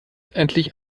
endlich